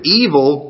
evil